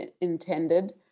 intended